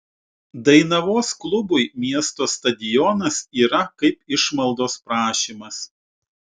dainavos klubui miesto stadionas yra kaip išmaldos prašymas